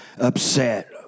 upset